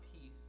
peace